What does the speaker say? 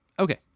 Okay